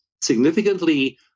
significantly